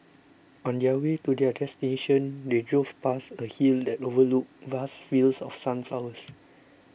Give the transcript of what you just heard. on their way to their destination they drove past a hill that overlooked vast fields of sunflowers